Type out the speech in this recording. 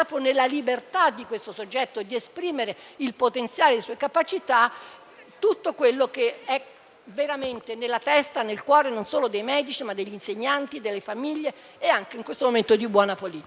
libertà del soggetto di esprimere il potenziale e le sue capacità, tutto quello che è veramente nella testa e nel cuore non solo dei medici, ma degli insegnanti, delle famiglie e anche, in questo momento, di buona politica.